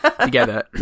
together